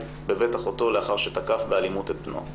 בבית אחותו לאחר שתקף באלימות את בנו.